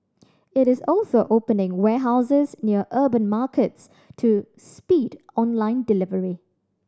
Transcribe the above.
it is also opening warehouses near urban markets to speed online delivery